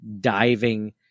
diving